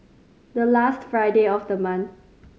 the last Friday of the month